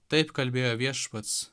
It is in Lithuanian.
taip kalbėjo viešpats